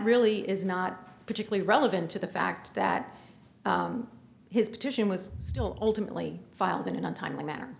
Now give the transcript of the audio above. really is not particularly relevant to the fact that his petition was still ultimately filed in a timely manner